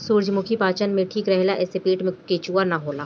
सूरजमुखी पाचन में ठीक रहेला एसे पेट में केचुआ ना होला